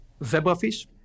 zebrafish